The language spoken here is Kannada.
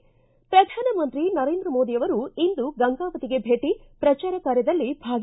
ಿ ಪ್ರಧಾನಮಂತ್ರಿ ನರೇಂದ್ರ ಮೋದಿ ಇಂದು ಗಂಗಾವತಿಗೆ ಭೇಟ ಪ್ರಚಾರ ಕಾರ್ಯದಲ್ಲಿ ಭಾಗಿ